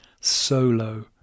Solo